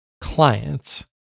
clients